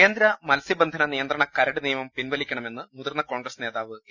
കേന്ദ്ര മത്സ്യബന്ധന നിയന്ത്രണ കരട് നിയമം പിൻവലിക്ക ണമെന്ന് മുതിർന്ന കോൺഗ്രസ് നേതാവ് എ